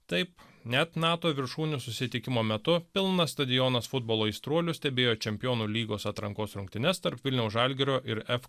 taip net nato viršūnių susitikimo metu pilnas stadionas futbolo aistruolių stebėjo čempionų lygos atrankos rungtynes tarp vilniaus žalgirio ir f